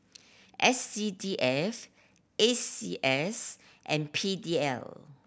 S C D F A C S and P D L